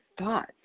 thoughts